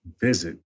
visit